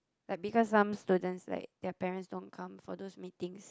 because some students like their parents don't come for those meetings